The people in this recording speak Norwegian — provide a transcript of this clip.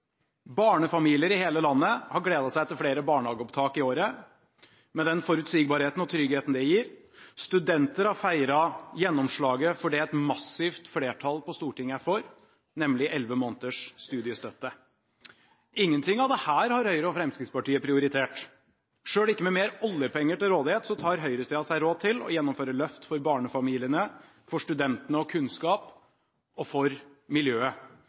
Barnefamilier i hele landet har gledet seg til flere barnehageopptak i året, med den forutsigbarheten og tryggheten det gir, og studenter har feiret gjennomslaget for det som et massivt flertall på Stortinget er for, nemlig 11 måneders studiestøtte. Ingenting av dette har Høyre og Fremskrittspartiet prioritert. Selv ikke med mer oljepenger til rådighet tar høyresiden seg råd til å gjennomføre løft for barnefamiliene, studentene, kunnskap og miljøet.